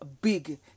big